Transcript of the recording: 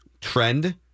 Trend